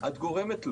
את גורמת לו.